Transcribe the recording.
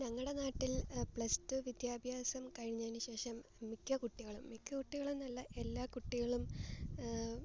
ഞങ്ങളുടെ നാട്ടിൽ plus two വിദ്യാഭ്യാസം കഴിഞ്ഞതിനു ശേഷം മിക്ക കുട്ടികളും മിക്കകുട്ടികളെന്നല്ല എല്ലാകുട്ടികളും